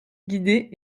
guidée